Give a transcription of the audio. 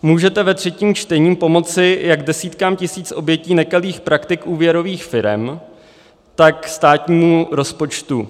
Můžete ve třetím čtení pomoci jak desítkám tisíc obětí nekalých praktik úvěrových firem, tak státnímu rozpočtu.